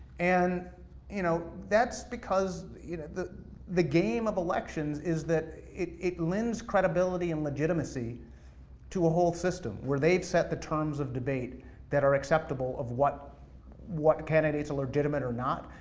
and you know that's because you know the the game of elections is that it it lends credibility and legitimacy to a whole system, where they've set the terms of debate that are acceptable of what what candidates are legitimate or not.